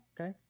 okay